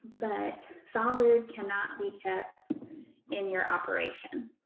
but foulbrood cannot be kept in your operation.